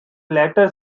later